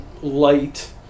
light